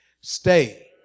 Stay